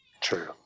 True